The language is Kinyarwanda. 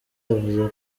yavuze